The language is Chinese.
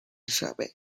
设备